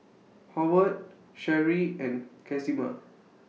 Howard Sherie and Casimer